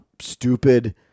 stupid